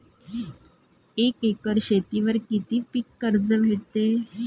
एक एकर शेतीवर किती पीक कर्ज भेटते?